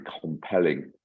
compelling